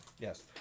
Yes